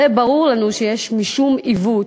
הרי ברור לנו שיש בזה משום עיוות.